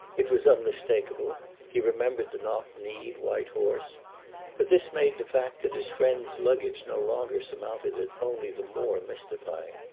it was unmistakable he remembered the knock-kneed white horse but this made the fact that his friend's luggage no longer surmounted it only the more mystifying.